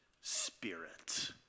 spirit